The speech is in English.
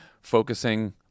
focusing